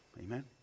Amen